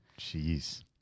Jeez